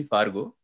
Fargo